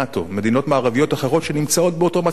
מדינות ערביות אחרות שנמצאות באותו מצב שלנו,